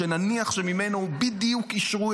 שנניח שממנו בדיוק אישרו,